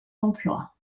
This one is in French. d’emplois